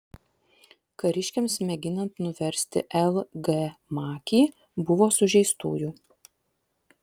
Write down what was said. kariškiams mėginant nuversti l g makį buvo sužeistųjų